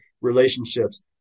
relationships